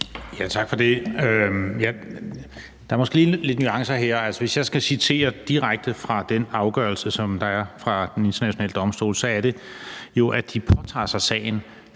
Tak for det. Der er måske lige lidt nogle nuancer her. Hvis jeg skal citere direkte fra den afgørelse, som er kommet fra Den Internationale Domstol, er det jo sådan, at de påtager sig sagen,